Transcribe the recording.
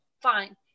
fine